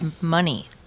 money